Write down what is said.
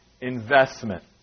investment